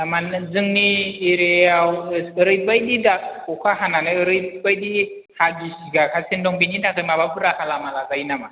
थारमानि जोंनि एरियायाव एरैबायदि दा अखा हानानै एरैबादि हा गिसिखागासिनो दं बेनि थाखाय माबाफोर राहा लामा लाजायो नामा